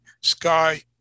Sky